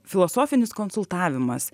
filosofinis konsultavimas